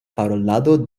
parolado